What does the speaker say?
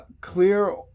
clear